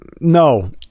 no